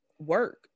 work